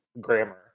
grammar